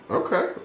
okay